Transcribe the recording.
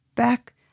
Back